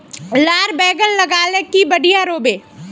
लार बैगन लगाले की बढ़िया रोहबे?